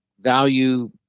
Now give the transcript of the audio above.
value